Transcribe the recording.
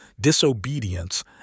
disobedience